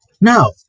Now